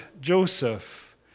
Joseph